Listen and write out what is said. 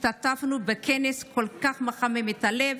השתתפנו בכנס כל כך מחמם את הלב,